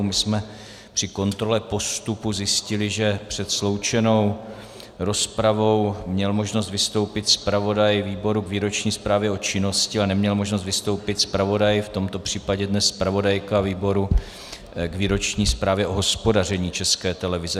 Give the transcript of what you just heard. My jsme při kontrole postupu zjistili, že před sloučenou rozpravou měl možnost vystoupit zpravodaj výboru k výroční zprávě o činnosti, ale neměl možnost vystoupit zpravodaj, v tomto případě dnes zpravodajka, výboru k výroční zprávě o hospodaření České televize.